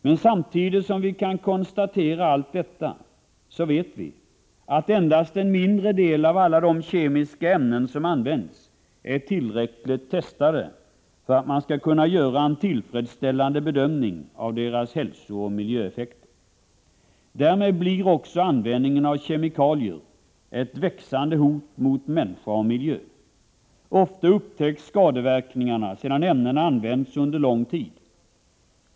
Men samtidigt som vi kan konstatera allt detta vet vi att endast en mindre del av alla de kemiska ämnen som används är tillräckligt testade för att man skall kunna göra en tillfredsställande bedömning av deras hälsooch miljöeffekter. Därmed blir också användningen av kemikalier ett växande hot mot människor och miljö. Ofta upptäcks skadeverkningarna sedan ämnena använts under lång tid.